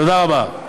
תודה רבה.